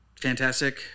fantastic